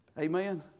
Amen